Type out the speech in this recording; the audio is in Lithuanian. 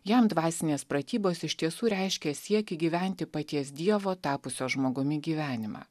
jam dvasinės pratybos iš tiesų reiškė siekį gyventi paties dievo tapusio žmogumi gyvenimą